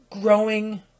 growing